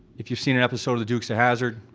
if you've seen an episode of the dukes of hazard.